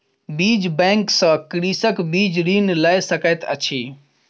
बीज बैंक सॅ कृषक बीज ऋण लय सकैत अछि